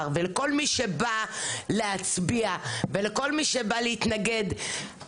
ולכל מי שבא להצביע ולכל מי שבא להתנגד,